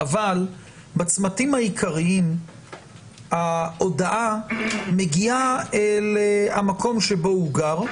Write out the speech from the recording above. אבל בצמתים העיקריים ההודעה מגיעה אל המקום שבו הוא גר,